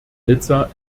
nizza